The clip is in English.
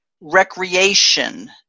recreation